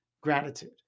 gratitude